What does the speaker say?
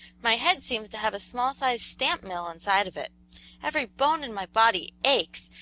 my head seems to have a small-sized stamp-mill inside of it every bone in my body aches,